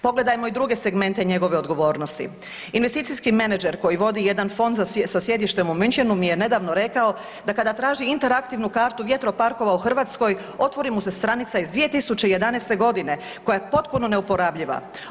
Pogledajmo i druge segmente njegove odgovornosti, investicijski menadžer koji vodi jedan fond sa sjedištem u Münchenu mi je nedavno rekao da kada traži interaktivnu kartu vjetroparkova u Hrvatskoj otvori mu se stranica iz 2011.g. koja je potpuno neuporabljiva.